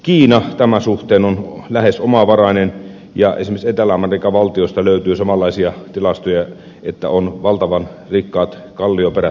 kiina on tämän suhteen lähes omavarainen ja esimerkiksi etelä amerikan valtioista löytyy samanlaisia tilastoja siitä että on valtavan rikkaat kallioperät